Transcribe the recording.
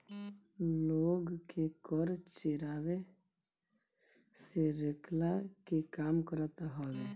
लोग के कर चोरावे से रोकला के काम करत हवे